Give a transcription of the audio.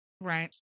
right